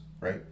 right